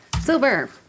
Silver